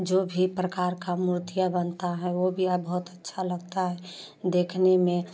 जो भी प्रकार का मूर्तियाँ बनता है वो भी यहाँ बहुत अच्छा लगता है देखने में